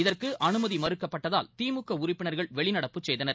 இதற்கு அனுமதி மறுக்கப்பட்டதால் திமுக உறுப்பினர்கள் வெளிநடப்பு செய்தனர்